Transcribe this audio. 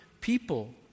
people